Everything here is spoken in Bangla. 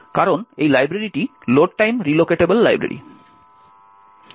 কারণ এই লাইব্রেরিটি লোড টাইম রিলোকেটেবল লাইব্রেরি